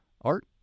Art